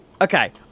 okay